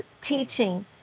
teaching